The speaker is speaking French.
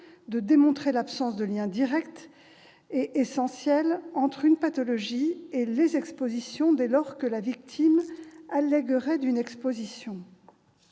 de démontrer l'absence de lien direct et essentiel entre une pathologie et les expositions, dès lors que la victime alléguerait une exposition.